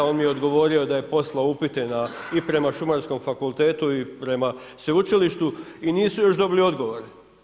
On mi je odgovorio da je poslao upite i prema Šumarskom fakultetu i prema sveučilištu i nisu još dobili odgovore.